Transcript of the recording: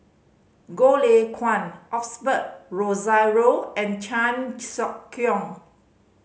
Goh Lay Kuan Osbert Rozario and Chan Sek Keong